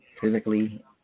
physically